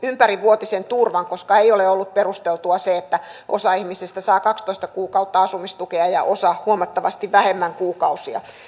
ympärivuotisen turvan koska ei ole ollut perusteltua se että osa ihmisistä saa kaksitoista kuukautta asumistukea ja osa huomattavasti vähemmän kuukausia